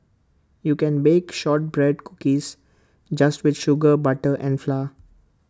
you can bake Shortbread Cookies just with sugar butter and flour